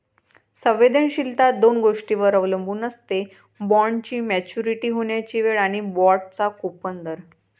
संवेदनशीलता दोन गोष्टींवर अवलंबून असते, बॉण्डची मॅच्युरिटी होण्याची वेळ आणि बाँडचा कूपन दर